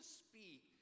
speak